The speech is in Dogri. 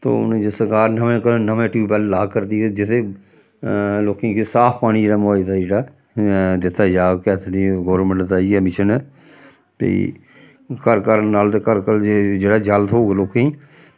तो हून जे सरकार नमें कोला नमें टयूबैल्ल ला करदी ऐ जिसदे च लोकें गी साफ पानी जेह्ड़ा मुहायदा जेह्ड़ा ऐ दित्ता जाह्ग केह् आखदे निं गौरमैंट दा इ'यै मिशन ऐ भाई घर घर नल ते घर घर जे जेह्ड़ा जल थ्होग लोकें गी